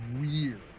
weird